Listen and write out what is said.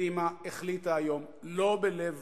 קדימה החליטה היום, לא בלב